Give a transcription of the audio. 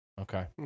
okay